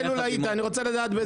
היית בלול